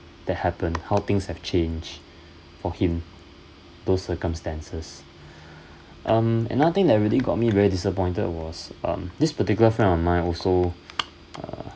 that happened how things have changed for him to circumstances um another thing that really got me very disappointed was um this particular friend of mine also uh